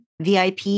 VIP